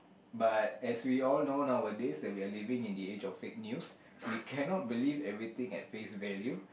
but as we all know nowadays that we are living in the edge of fake news we cannot believe everything as face value